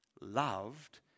loved